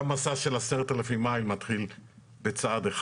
גם מסע של עשרת אלפים מים מתחיל בצעד אחד.